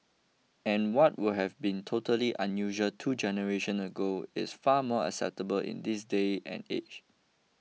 and what would have been totally unusual two generation ago is far more acceptable in this day and age